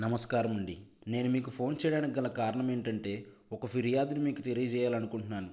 నమస్కారం అండి నేను మీకు ఫోన్ చేయడానికి గల కారణం ఏంటంటే ఒక ఫిర్యాదును మీకు తెలియజేయాలని అకుంటున్నాను